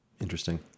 interesting